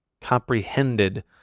comprehended